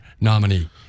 nominee